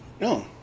No